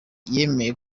yemeye